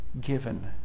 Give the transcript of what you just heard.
given